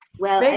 well.